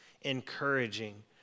encouraging